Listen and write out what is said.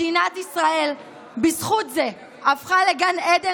מדינת ישראל הפכה בזכות זה לגן עדן